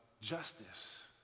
justice